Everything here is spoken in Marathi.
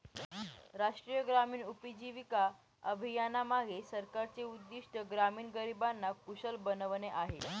राष्ट्रीय ग्रामीण उपजीविका अभियानामागे सरकारचे उद्दिष्ट ग्रामीण गरिबांना कुशल बनवणे आहे